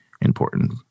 important